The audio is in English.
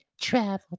travel